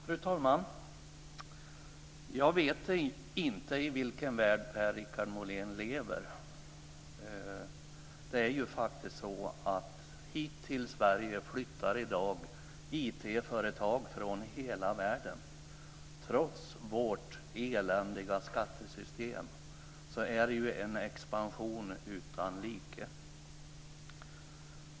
Fru talman! Jag vet inte vilken värld Per-Richard Molén lever i. Det är ju faktiskt så att IT-företag från hela världen flyttar hit till Sverige i dag. Trots vårt eländiga skattesystem är det en expansion utan like.